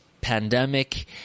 pandemic